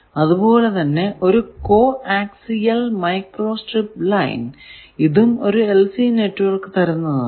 അതുപോലെ തന്നെ ഒരു coaxial micro strip line ഇതും ഒരു LC നെറ്റ്വർക്ക് തരുന്നതാണ്